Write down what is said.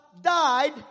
died